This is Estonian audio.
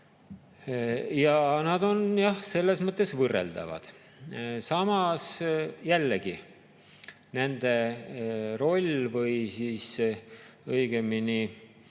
Ja nad on jah, selles mõttes võrreldavad. Samas, jällegi, nende roll või õigemini